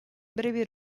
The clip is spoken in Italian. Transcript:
brevi